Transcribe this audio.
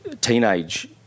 teenage